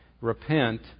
repent